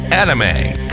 anime